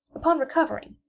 upon recovering,